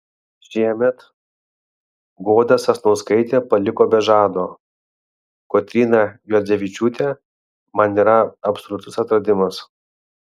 šiemet goda sasnauskaitė paliko be žado kotryna juodzevičiūtė man yra absoliutus atradimas